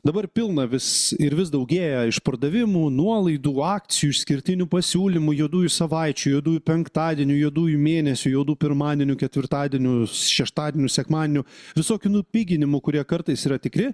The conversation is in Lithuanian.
dabar pilna vis ir vis daugėja išpardavimų nuolaidų akcijų išskirtinių pasiūlymų juodųjų savaičių juodųjų penktadienių juodųjų mėnesių juodų pirmadienių ketvirtadienių šeštadienių sekmadienių visokių nupiginimų kurie kartais yra tikri